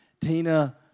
Tina